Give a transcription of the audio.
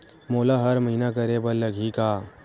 मोला हर महीना करे बर लगही का?